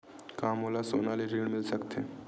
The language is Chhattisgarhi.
का मोला सोना ले ऋण मिल सकथे?